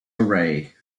array